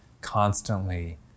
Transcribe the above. constantly